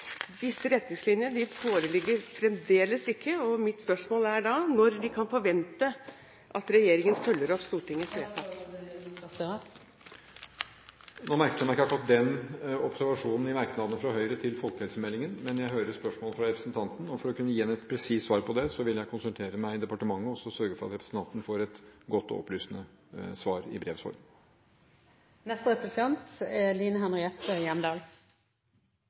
Disse retningslinjene foreligger fremdeles ikke, og mitt spørsmål er: Når kan vi forvente at regjeringen følger opp Stortingets vedtak? Nå merket jeg meg ikke akkurat den observasjonen i merknadene fra Høyre til folkehelsemeldingen, men jeg hører spørsmålet fra representanten. For å kunne gi henne et presist svar på det vil jeg konsultere i departementet og sørge for at representanten får et godt og opplysende svar i brevs form. Vold mot kvinner er